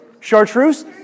Chartreuse